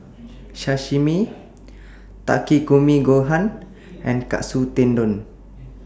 Sashimi Takikomi Gohan and Katsu Tendon